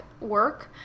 work